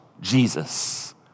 Jesus